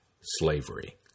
slavery